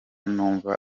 numva